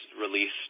released